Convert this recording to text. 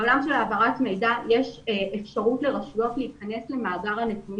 בעולם של העברת מידע יש אפשרות לרשויות להיכנס למאגר הנתונים